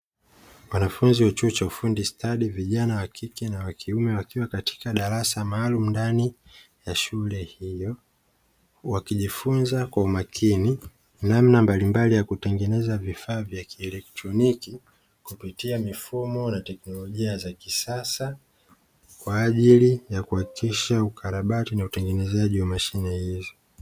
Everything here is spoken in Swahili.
Wanafunzi wa chuo cha ufundi stadi vijana wa kike na wa kiume, wakiwa katika darasa maalumu ndani ya shule hiyo, wakijifunza kwa umakini namna mbalimbali ya kutengeneza vifaa vya kielektroniki; kupitia mifumo na teknolojia za kisasa kwa ajili ya kuhakikisha ukarabati na utengenezaji wa mashine hizo.